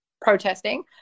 protesting